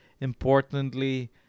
importantly